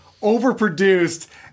overproduced